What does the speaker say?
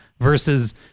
versus